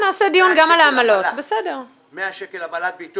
החוק אומר 0.7%. בעל המוסך ובעל הפיצרייה